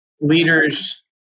Leaders